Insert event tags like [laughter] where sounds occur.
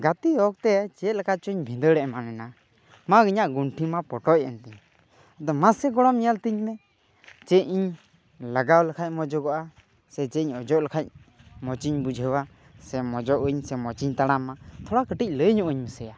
ᱜᱟᱛᱮ ᱚᱠᱛᱮ ᱪᱮᱫ ᱞᱮᱠᱟ ᱪᱚᱧ ᱵᱷᱤᱸᱫᱟᱹᱲ ᱮᱢᱟᱱ ᱮᱱᱟ [unintelligible] ᱤᱧᱟᱹᱜ ᱜᱩᱱᱴᱷᱤ ᱢᱟ ᱯᱚᱴᱚᱡ ᱮᱱ ᱛᱤᱧᱟᱹ ᱟᱫᱚ ᱢᱟᱥᱮ ᱜᱚᱲᱚᱢ ᱧᱮᱞ ᱛᱤᱧ ᱢᱮ ᱪᱮᱫ ᱤᱧ ᱞᱟᱜᱟᱣ ᱞᱮᱠᱷᱟᱡ ᱢᱚᱡᱚᱜᱚᱜᱼᱟ ᱥᱮ ᱪᱮᱫ ᱤᱧ ᱚᱡᱚᱜ ᱞᱮᱠᱷᱟᱡ ᱢᱚᱪᱤᱧ ᱵᱩᱡᱷᱟᱹᱣᱟ ᱥᱮ ᱢᱚᱡᱚᱜ ᱟᱹᱧ ᱥᱮ ᱢᱚᱪᱤᱧ ᱛᱟᱲᱟᱢ ᱢᱟ ᱛᱷᱚᱲᱟ ᱠᱟᱹᱴᱤᱡ ᱞᱟᱹᱭ ᱧᱚᱜ ᱤᱧ ᱢᱮᱥᱮᱭᱟ